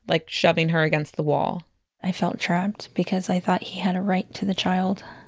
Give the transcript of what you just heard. like shoving her against the wall i felt trapped because i thought he had a right to the child.